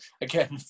again